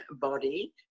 body